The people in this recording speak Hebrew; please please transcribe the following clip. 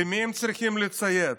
למי הם צריכים לציית,